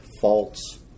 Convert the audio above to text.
false